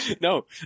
No